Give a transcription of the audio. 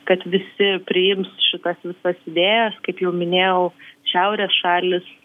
kad visi priims šitas visas idėjas kaip jau minėjau šiaurės šalys